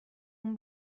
اون